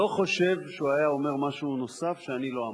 אני לא חושב שהוא היה אומר משהו נוסף שאני לא אמרתי.